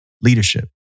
leadership